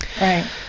Right